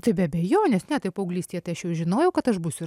tai be abejonės ne tai paauglystėje tai aš jau žinojau kad aš būsiu